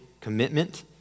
commitment